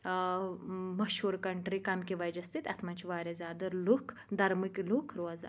آ مشہوٗر کنٹری کمہِ کہِ وجہ سۭتۍ اتھ منٛز چھِ واریاہ زیادٕ لُکھ درمٕکۍ لُکھ روزان